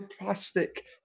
plastic